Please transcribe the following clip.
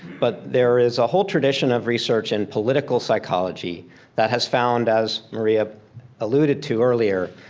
but there is a whole tradition of research in political psychology that has found, as maria alluded to earlier,